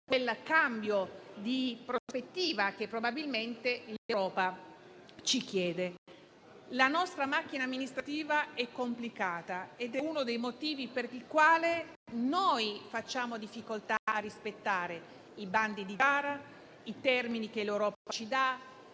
quel cambio di prospettiva che probabilmente l'Europa ci chiede. La nostra macchina amministrativa è complicata ed è uno dei motivi per il quale facciamo difficoltà a rispettare i bandi di gara, i termini che l'Europa ci dà,